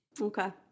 Okay